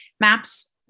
MAPS